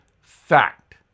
fact